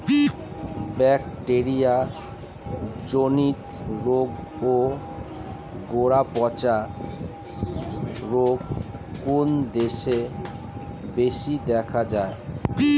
Bacteria জনিত রোগ ও গোড়া পচা রোগ কোন দেশে বেশি দেখা যায়?